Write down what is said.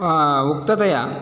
उक्ततया